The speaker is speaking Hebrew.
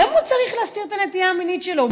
למה הוא צריך להסתיר את הנטייה המינית שלו?